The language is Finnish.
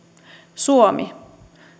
suomi